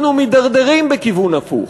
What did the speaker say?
אנחנו מידרדרים בכיוון הפוך.